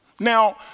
Now